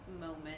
moment